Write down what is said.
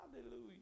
Hallelujah